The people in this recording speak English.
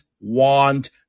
want